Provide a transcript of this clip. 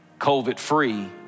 COVID-free